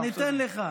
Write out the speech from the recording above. אני אתן לך.